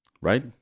right